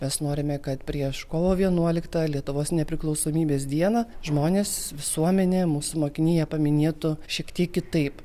nes norime kad prieš kovo vienuoliktą lietuvos nepriklausomybės dieną žmonės visuomenė mūsų mokiniai jie paminėtų šiek tiek kitaip